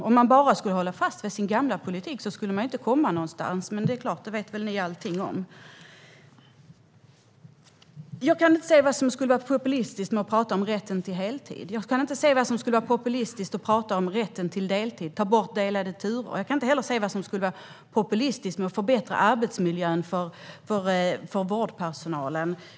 Om man bara skulle hålla fast vid sin gamla politik skulle man inte komma någonstans, men det vet väl ni allting om. Jag kan inte se vad som skulle vara populistiskt med att tala om rätten till heltid, rätten till deltid och att ta bort delade turer. Jag kan inte heller se vad som skulle vara populistiskt med att förbättra arbetsmiljön för vårdpersonalen.